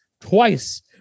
twice